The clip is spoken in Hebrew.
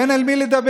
ואין עם מי לדבר.